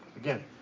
again